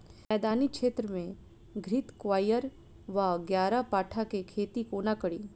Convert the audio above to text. मैदानी क्षेत्र मे घृतक्वाइर वा ग्यारपाठा केँ खेती कोना कड़ी?